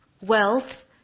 wealth